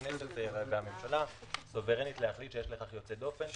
הכנסת והממשלה סוברניות להחליט שיש לכך יוצא דופן.